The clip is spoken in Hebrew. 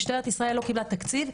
משטרת ישראל לא קיבלה תקציב,